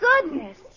Goodness